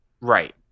Right